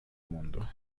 mundo